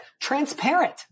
transparent